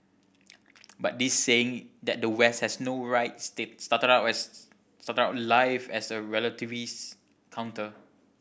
but this saying that the West has no rights started out life as a relativist counter